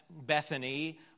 Bethany